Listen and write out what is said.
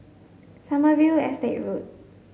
Sommerville Estate Road